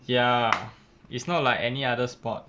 ya it's not like any other sport